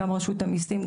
גם רשות המיסים,